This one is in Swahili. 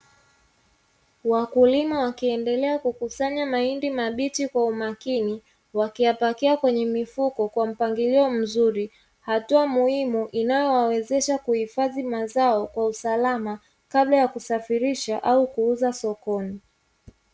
Wakulima wakiendelea kukusanya mahindi mabichi kwa umakini, wakiyapakia kwenye mfuko kwa mpangilio mzuri, hatua muhimu inayowawezesha kuhifadhi mazao kwa usalama, kabla ya kusafirisha au kuuza sokoni.